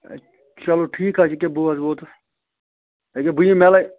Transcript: ہے چلو ٹھیٖک حظ چھِ یہِ کیٛاہ بہٕ حظ ووتُس یہِ کیٛاہ بہٕ یِمہٕ مےٚ لَگہِ